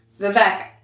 Vivek